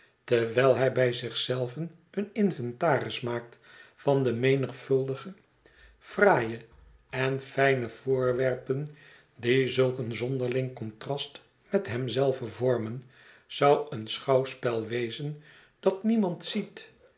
terwijl hij bij zich zelven een inventaris maakt van de menigvuldige fraaie en fijne voorwerpen die zulk een zonderling contrast met hem zelven vormen zou een schouwspel wezen dat niemand ziet